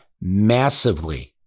massively